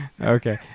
Okay